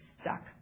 stuck